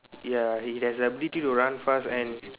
ya he has the ability to run fast and